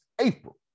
April